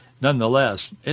nonetheless